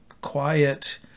quiet